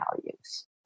values